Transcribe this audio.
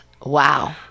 Wow